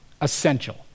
essential